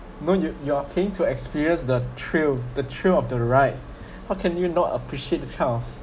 no you you are paying to experienced the thrill the thrill of the right how can you not appreciate this kind of